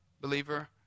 believer